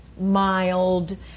mild